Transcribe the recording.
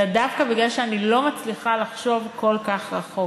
אלא דווקא בגלל שאני לא מצליחה לחשוב כל כך רחוק,